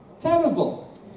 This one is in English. Terrible